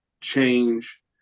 change